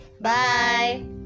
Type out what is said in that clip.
bye